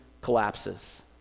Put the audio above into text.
collapses